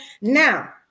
now